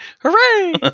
hooray